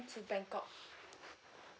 to bangkok